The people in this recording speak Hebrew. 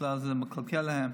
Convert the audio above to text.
בכלל זה מקלקל להם,